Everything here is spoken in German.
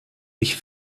ich